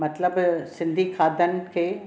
मतिलब सिंधी खाधनि खे